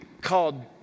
called